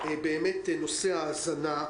נושא ההזנה.